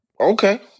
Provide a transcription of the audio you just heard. Okay